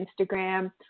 Instagram